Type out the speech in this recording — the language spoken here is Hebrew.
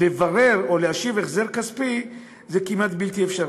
לברר או לקבל החזר כספי זה כמעט בלתי אפשרי.